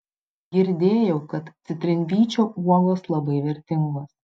girdėjau kad citrinvyčio uogos labai vertingos